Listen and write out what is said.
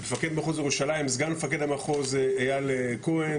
סגן מפקד המחוז איל כהן,